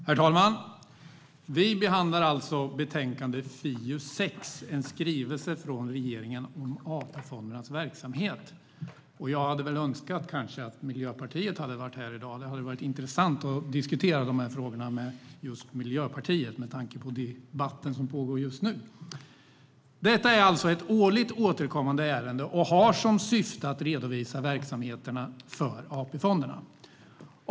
Herr talman! Vi behandlar alltså betänkande FiU6, som behandlar en skrivelse från regeringen om AP-fondernas verksamhet. Jag hade väl kanske önskat att Miljöpartiet var här i dag, för det hade varit intressant att diskutera dessa frågor med just Miljöpartiet med tanke på debatten som pågår just nu. Detta är ett årligt återkommande ärende och har som syfte att redovisa verksamheterna i AP-fonderna.